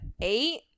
eight